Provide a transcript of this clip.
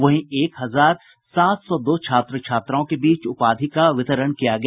वहीं एक हजार सात सौ दो छात्र छात्राओं के बीच उपाधि का वितरण किया गया